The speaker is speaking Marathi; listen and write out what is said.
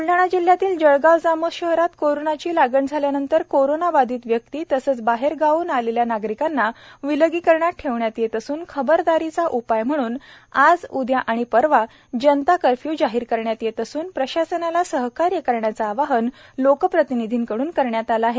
ब्लडाणा जिल्हयातील जळगाव जामोद शहरात कोरोणाची लागण झाल्यानंतर कोरोना बाधीत व्यक्ती तसेच बाहेरगावहन आलेल्या नागरीकांना विलीगीकरणात ठेेवण्यात येत असून खबरदारीचा ऊपाय म्हणूण आज उदया आणि परवा जनता कर्फ्य जाहीर करण्यात येत असून प्रशासनाला सहकार्य करण्याचे आवाहन लोकप्रतिनिधीकड्न करण्यात येत आहे